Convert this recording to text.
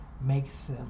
makes